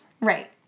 Right